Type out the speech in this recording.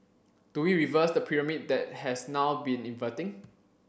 do we reverse the pyramid that has now been inverting